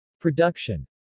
Production